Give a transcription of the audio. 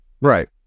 right